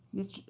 mr.